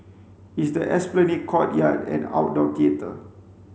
it's the Esplanade courtyard and outdoor theatre